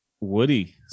Woody